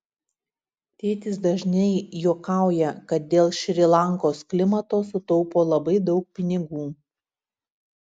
tėtis dažnai juokauja kad dėl šri lankos klimato sutaupo labai daug pinigų